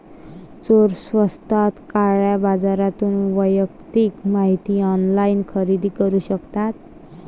चोर स्वस्तात काळ्या बाजारातून वैयक्तिक माहिती ऑनलाइन खरेदी करू शकतात